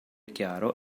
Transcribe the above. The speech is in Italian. chiaro